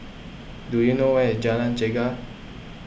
do you know where is Jalan Chegar